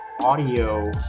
audio